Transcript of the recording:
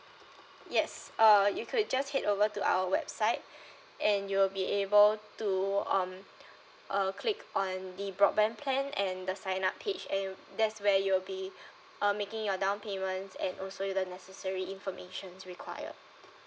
yes uh you could just head over to our website and you'll be able to um uh click on the broadband plan and the sign up page and that's where you will be uh making your down payments and also the necessary informations required